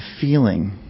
feeling